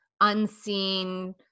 unseen